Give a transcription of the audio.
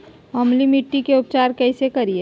अम्लीय मिट्टी के उपचार कैसे करियाय?